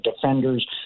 defenders